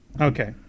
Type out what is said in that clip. Okay